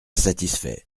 satisfait